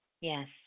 Yes